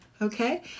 Okay